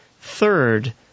Third